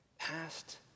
Past